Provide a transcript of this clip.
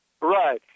Right